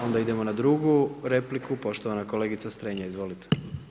Onda idemo na drugu repliku, poštovana kolegice Strenja, izvolite.